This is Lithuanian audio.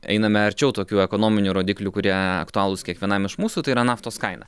einame arčiau tokių ekonominių rodiklių kurie aktualūs kiekvienam iš mūsų tai yra naftos kaina